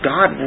God